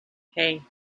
hey